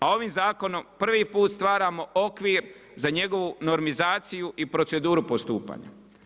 A ovim zakonom prvi put stvaramo okvir za njegovu normizaciju i proceduru postupanja.